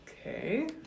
Okay